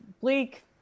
bleak